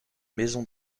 maison